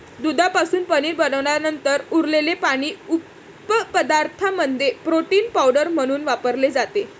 दुधापासून पनीर बनवल्यानंतर उरलेले पाणी उपपदार्थांमध्ये प्रोटीन पावडर म्हणून वापरले जाते